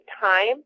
time